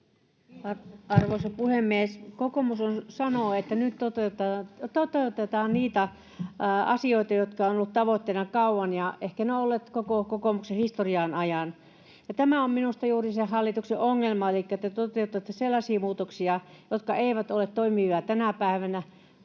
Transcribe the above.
Arvoisa puhemies! Kokoomus sanoo, että nyt toteutetaan niitä asioita, jotka ovat olleet tavoitteena kauan, ja ehkä ne ovat olleet koko kokoomuksen historian ajan. Tämä on minusta juuri se hallituksen ongelma, elikkä te toteutatte sellaisia muutoksia, jotka eivät ole toimivia tänä päivänä